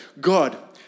God